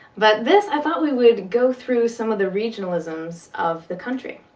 but this, i thought we would go through some of the regionalisms of the country,